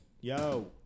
Yo